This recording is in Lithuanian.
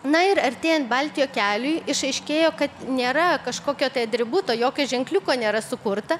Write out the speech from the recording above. na ir artėjant baltijo keliui išaiškėjo kad nėra kažkokio tai atributo jokio ženkliuko nėra sukurta